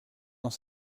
dans